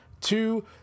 two